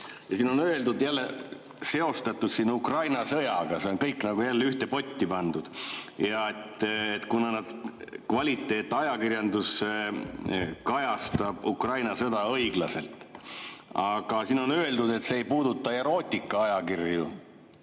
siin on öeldud – jälle on seostatud seda Ukraina sõjaga, kõik on nagu jälle ühte potti pandud –, et kvaliteetajakirjandus kajastab Ukraina sõda õiglaselt. Aga siin on öeldud, et see ei puuduta erootika- ja